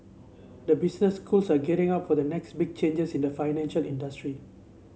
the business schools are gearing up for the next big changes in the financial industry